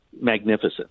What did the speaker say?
magnificent